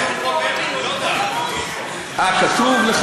כתוב פה: